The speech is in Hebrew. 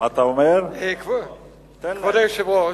כבוד היושב-ראש,